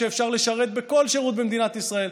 שאפשר לשרת בכל שירות במדינת ישראל,